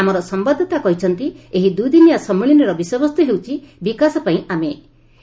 ଆମର ସମ୍ଭାଦଦାତା କହିଛନ୍ତି ଏହି ଦୁଇଦିନିଆ ସମ୍ମିଳନୀର ବିଷୟବସ୍ତୁ ହେଉଛି ବିକାଶପାଇଁ ଆମେ